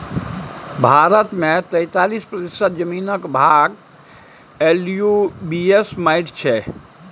भारत मे तैतालीस प्रतिशत जमीनक भाग एलुयुबियल माटि छै